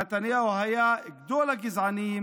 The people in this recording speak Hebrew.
נתניהו היה גדול הגזענים,